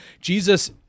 Jesus